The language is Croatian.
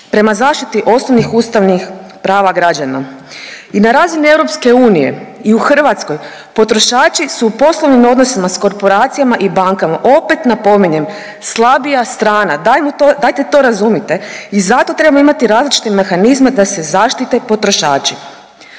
prema zaštiti osnovnih ustavnih prava građana. I na razini EU i u Hrvatskoj potrošači su u poslovnim odnosima s korporacijama i bankama opet napominjem slabija strana, dajmo to, dajte to razumite i zato trebamo imati različite mehanizme da se zaštite potrošači.